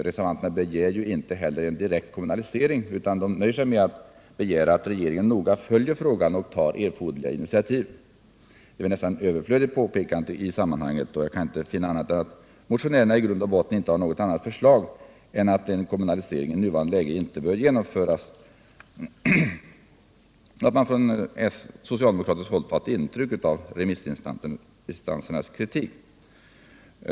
Reservanterna begär inte heller en direkt kommunalisering utan nöjer sig med att begära att regeringen noga följer frågan och tar. erforderliga initiativ. Det är väl ett nästan överflödigt påpekande i sammanhangcet. Jag kan inte finna annat än att motionärerna i grund och botten inte har någon annan mening än att en kommunalisering i nuvarande läge inte bör genomföras och att man från socialdemokratiskt håll tagit intryck av remissinstansernas kritik.